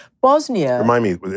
Bosnia